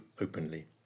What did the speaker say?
openly